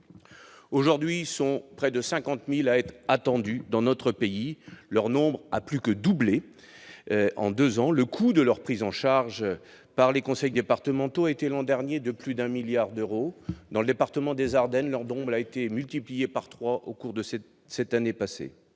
Aujourd'hui, ils sont près de 50 000 à être attendus dans notre pays. Leur nombre a plus que doublé en deux ans. Le coût de leur prise en charge par les conseils départementaux a été l'an dernier de plus de 1 milliard d'euros. Dans le département des Ardennes, leur nombre a été multiplié par trois au cours de l'année passée.